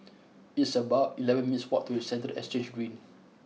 it's about eleven minutes' walk to Central Exchange Green